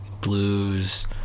blues